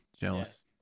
jealous